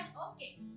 okay